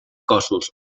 cossos